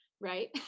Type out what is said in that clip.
right